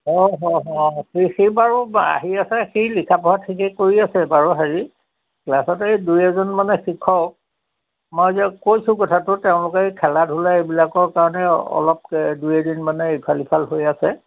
অঁ হয় হয় সি বাৰু সি লিখা পঢ়া থিকে কৰি আছে বাৰু হেৰি ক্লাছত এই দুই এজন মানে শিক্ষক আমাৰ যে কৈছোঁ কথাটো তেওঁলোকে খেলা ধূলা এইবিলাকৰ কাৰণে অলপ দুই এদিন মানে ইফাল সিফাল হৈ আছে